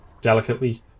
delicately